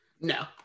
No